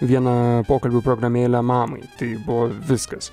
vieną pokalbių programėlę mamai tai buvo viskas